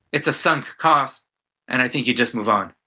it's a sunk cost and i think you just move on.